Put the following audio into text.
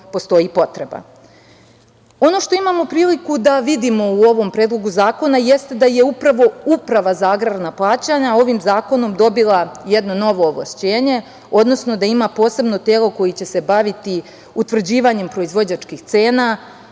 postoji potreba. Ono što imamo priliku da vidimo u ovom predlogu zakona jeste da je upravo Uprava za agrarna plaćanja ovim zakonom dobila jedno novo ovlašćenje, odnosno da ima posebno telo koje će se baviti utvrđivanjem proizvođačkih cena,